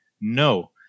no